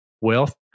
Wealth